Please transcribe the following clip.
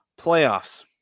playoffs